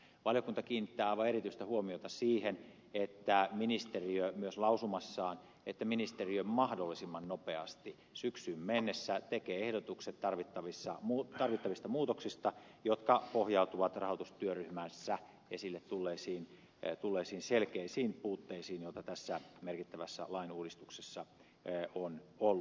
valiokunta kiinnittää aivan erityistä huomiota lausumassaan myös siihen että ministeriö mahdollisimman nopeasti syksyyn mennessä tekee ehdotukset tarvittavista muutoksista jotka pohjautuvat rahoitustyöryhmässä esille tulleisiin selkeisiin puutteisiin joita tässä merkittävässä lainuudistuksessa on ollut